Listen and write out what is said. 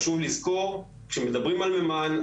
חשוב לזכור שכשמדברים על מימן,